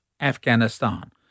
Afghanistan